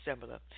similar